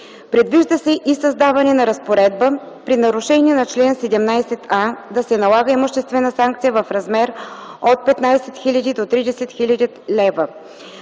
Предвижда се и създаване на разпоредба при нарушение на чл. 17а да се налага имуществена санкция в размер от 15 000 до 30 000 лв.